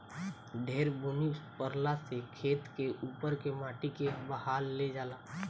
ढेर बुनी परला से खेत के उपर के माटी के बहा ले जाला